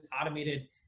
automated